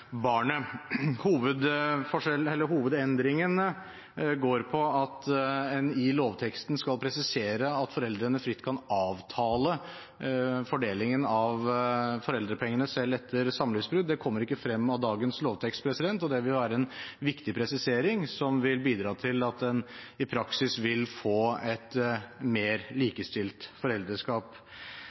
barnet. Hovedendringene går på at en i lovteksten skal presisere at foreldrene fritt kan avtale fordelingen av foreldrepengene selv, etter samlivsbrudd. Dette kommer ikke frem av dagens lovtekst, og det vil være en viktig presisering som vil bidra til at en i praksis vil få et mer likestilt